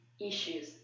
issues